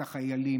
את החיילים,